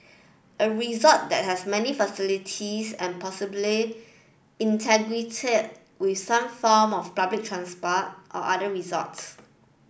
a resort that has many facilities and possibly integrated with some form of public transport or other resorts